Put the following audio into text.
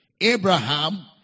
Abraham